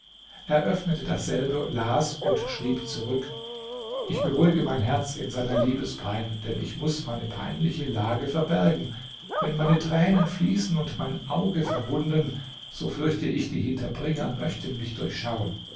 öffnete dasselbe las und schrieb zurück ich beruhige mein herz in seiner liebespein denn ich muß meine peinliche lage verbergen wenn meine tränen fließen und mein auge verwunden so fürchte ich die hinterbringer möchten mich durchschauen